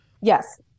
Yes